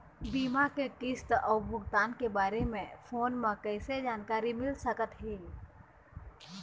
बीमा के किस्त अऊ भुगतान के बारे मे फोन म कइसे जानकारी मिल सकत हे?